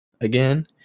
again